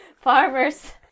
farmers